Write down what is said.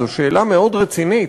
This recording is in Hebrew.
זו שאלה מאוד רצינית.